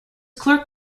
clerk